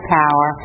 power